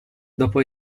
dopo